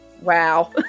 Wow